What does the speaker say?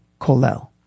kolel